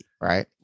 Right